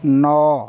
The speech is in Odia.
ନଅ